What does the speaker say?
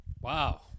Wow